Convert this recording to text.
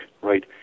right